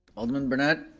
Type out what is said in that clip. alderman brunette?